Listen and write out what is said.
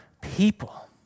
people